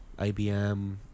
IBM